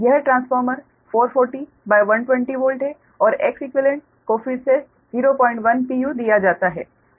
यह transformer 440120 volt है और Xeq को फिर से 01pu दिया जाता है